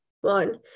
One